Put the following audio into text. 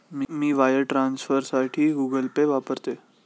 मी wire ट्रान्सफरसाठी Google Pay वापरते